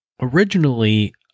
originally